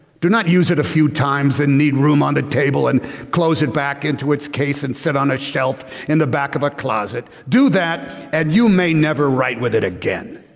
do not use it a few times then need room on the table and close it back into its case and sit on a shelf in the back of a closet. do that and you may never write with it again.